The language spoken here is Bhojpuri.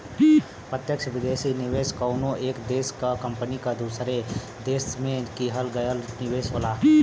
प्रत्यक्ष विदेशी निवेश कउनो एक देश क कंपनी क दूसरे देश में किहल गयल निवेश होला